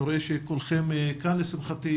אני רואה שכולכם כאן לשמחתי.